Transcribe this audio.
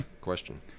question